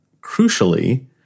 crucially